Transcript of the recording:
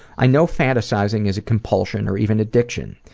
i know fantasizing is a compulsion, or even addiction.